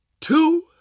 two